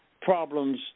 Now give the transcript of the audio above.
problems